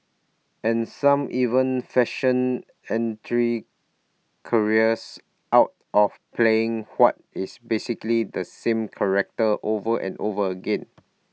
and some even fashion entry careers out of playing what is basically the same character over and over again